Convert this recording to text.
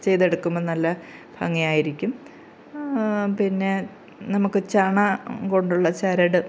ചെയ്തെടുക്കുമ്പോൾ നല്ല ഭംഗിയായിരിക്കും പിന്നെ നമുക്ക് ചണം കൊണ്ടുള്ള ചരട്